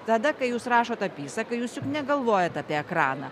tada kai jūs rašot apysaką jūs juk negalvojat apie ekraną